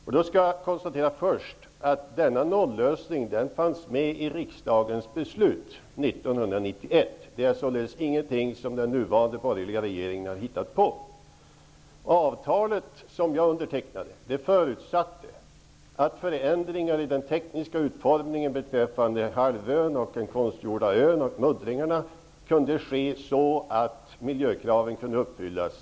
Jag kan först konstatera att denna nollösning fanns med i riksdagens beslut 1991. Det är således ingenting som den nuvarande borgerliga regeringen har hittat på. Det avtal som jag undertecknade förutsatte att förändringar i den tekniska utformningen beträffande halvön, den konstgjorda ön och muddringarna skedde så att miljökraven, inklusive nollösningen, kunde uppfyllas.